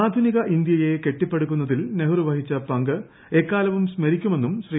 ആധുനിക ഇന്ത്യയെ കെട്ടിപ്പടുക്കുന്നതിൽ നെഹ്റു വഹിച്ച എക്കാലവും പങ്ക് സ്മരിക്കുമെന്നും ശ്രീ